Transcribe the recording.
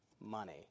money